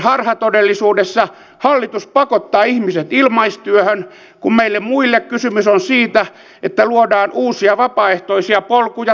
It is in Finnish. sdpn harhatodellisuudessa hallitus pakottaa ihmiset ilmaistyöhön kun meille muille kysymys on siitä että luodaan uusia vapaaehtoisia polkuja työelämään